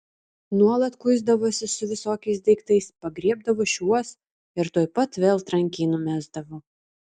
nuolat kuisdavosi su visokiais daiktais pagriebdavo šiuos ir tuoj pat vėl trankiai numesdavo